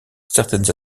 certaines